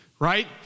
Right